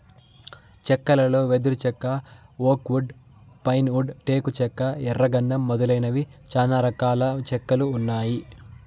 చెక్కలలో వెదురు చెక్క, ఓక్ వుడ్, పైన్ వుడ్, టేకు చెక్క, ఎర్ర గందం మొదలైనవి చానా రకాల చెక్కలు ఉన్నాయి